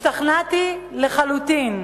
השתכנעתי לחלוטין